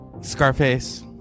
Scarface